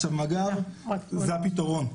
עכשיו, מג"ב זה הפיתרון.